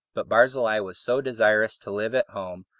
but barzillai was so desirous to live at home,